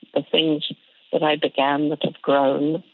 the things that i began that have grown,